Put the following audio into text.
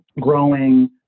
growing